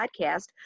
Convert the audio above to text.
Podcast